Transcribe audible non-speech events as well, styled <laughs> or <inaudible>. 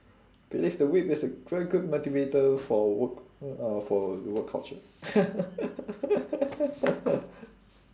believe the whip is a very good motivator for work mm uh for work culture <laughs>